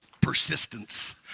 persistence